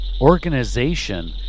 Organization